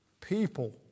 people